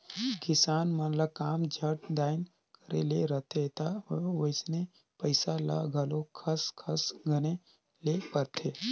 किसान मन ल काम झट दाएन करे ले रहथे ता वइसने पइसा ल घलो खस खस गने ले परथे